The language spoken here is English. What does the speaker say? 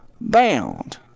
bound